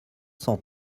cent